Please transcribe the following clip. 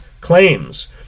claims